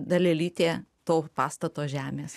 dalelytė to pastato žemės